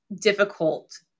difficult